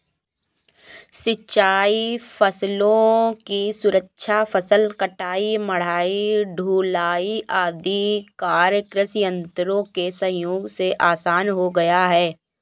सिंचाई फसलों की सुरक्षा, फसल कटाई, मढ़ाई, ढुलाई आदि कार्य कृषि यन्त्रों के सहयोग से आसान हो गया है